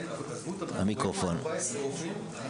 עזבו 14 רופאים.